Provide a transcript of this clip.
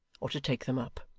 or to take them up.